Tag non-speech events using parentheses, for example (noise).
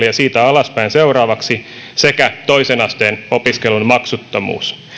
(unintelligible) ja seuraavaksi siitä alaspäin sekä toisen asteen opiskelun maksuttomuus